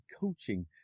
coaching